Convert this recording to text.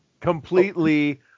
completely